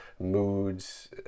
moods